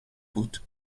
بود